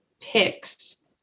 picks